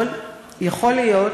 יכול להיות